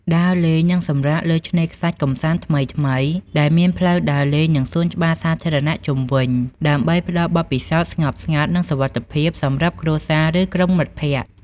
ដើរលេង និងសម្រាកលើឆ្នេរខ្សាច់កម្សាន្តថ្មីៗ ដែលមានផ្លូវដើរលេង និងសួនច្បារសាធារណៈជុំវិញ ដើម្បីផ្តល់បទពិសោធន៍ស្ងប់ស្ងាត់ និងសុវត្ថិភាពសម្រាប់គ្រួសារ ឫក្រុមមិត្តភក្តិ។